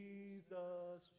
Jesus